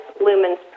lumens